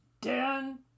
Dan